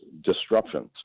disruptions